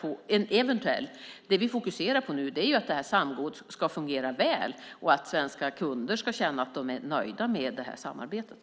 Det vi fokuserar på nu är att samgåendet ska fungera väl och att svenska kunder ska kunna känna sig nöjda med det här samarbetet.